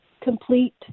complete